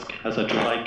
אז התשובה היא כן.